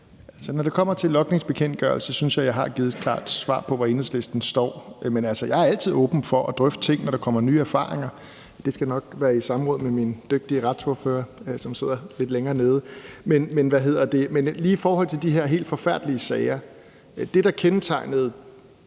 Når det kommer til logningsbekendtgørelsen, synes jeg, at jeg har givet et klart svar på, hvor Enhedslisten står, men jeg er altid åben for at drøfte ting, når der kommer nye erfaringer. Det skal nok være i samråd med min dygtige retsordfører, som sidder hernede i salen. Men lige i forhold til de her helt forfærdelige sager, vil jeg sige: